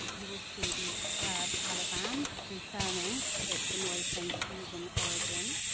you will see these curved colour bands confirming its verneuil flame fusion origin.